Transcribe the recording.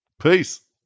peace